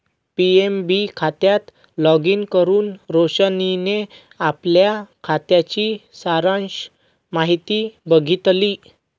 PNB खात्यात login करुन रोशनीने आपल्या खात्याची सारांश माहिती बघितली